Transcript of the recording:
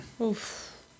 Oof